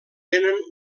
tenen